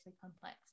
complex